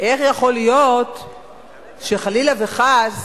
איך יכול להיות שחלילה וחס